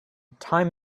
time